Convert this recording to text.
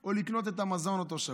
או לקנות את המזון לאותו שבוע?